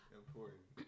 important